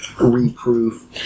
reproof